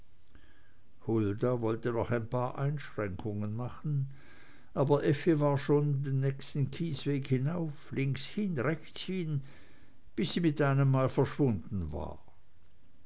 hulda wollte noch ein paar einschränkungen machen aber effi war schon den nächsten kiesweg hinauf links hin rechts hin bis sie mit einem male verschwunden war